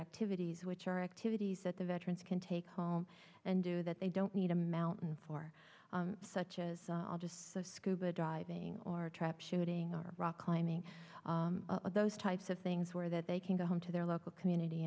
activities which are activities that the veterans can take home and do that they don't need a mountain for such as i'll just have scuba diving or trap shooting or rock lining those types of things where that they can go home to their local community